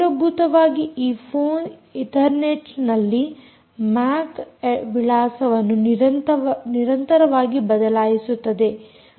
ಮೂಲಭೂತವಾಗಿ ಈ phone ethernet ನಲ್ಲಿ ಮ್ಯಾಕ್ ವಿಳಾಸವನ್ನು ನಿರಂತರವಾಗಿ ಬದಲಾಯಿಸುತ್ತದೆ